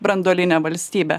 branduoline valstybe